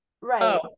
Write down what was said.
Right